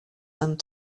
and